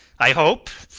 i hope,